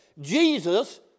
Jesus